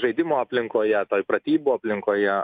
žaidimo aplinkoje toj pratybų aplinkoje